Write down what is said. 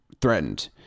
threatened